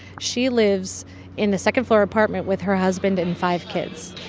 she lives in the second-floor apartment with her husband and five kids